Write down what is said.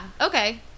okay